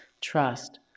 trust